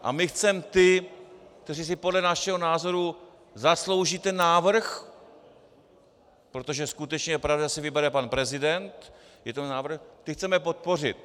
A my chceme ty, kteří si podle našeho názoru zaslouží ten návrh protože skutečně, pravda, si vybere pan prezident, je to návrh ty chceme podpořit.